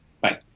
Bye